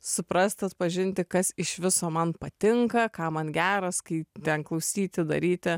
suprast atpažinti kas iš viso man patinka ką man geras kai ten klausyti daryti